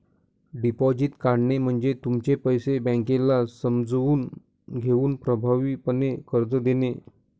deposit काढणे म्हणजे तुमचे पैसे बँकेला समजून घेऊन प्रभावीपणे कर्ज देणे